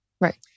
Right